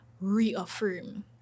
reaffirm